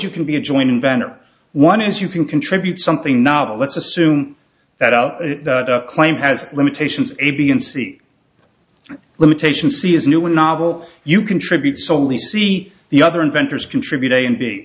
you can be a joint inventor one is you can contribute something novel let's assume that out claim has limitations a b and c limitation c is new and novel you contribute solely see the other inventors contribute